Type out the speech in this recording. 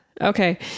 okay